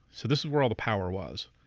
so this was where all the power was.